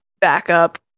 backup